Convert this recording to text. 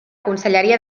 conselleria